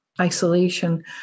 isolation